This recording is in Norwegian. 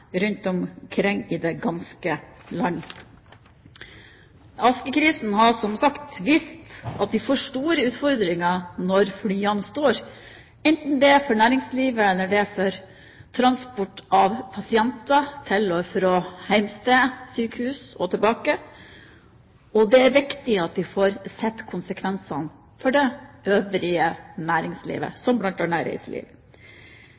rundt omkring i det ganske land. Askekrisen har som sagt vist at vi får store utfordringer når flyene står, enten det er for næringslivet eller for transport av pasienter fra hjemsted til sykehus og tilbake, og det er viktig at vi får sett konsekvensene for det øvrige næringslivet,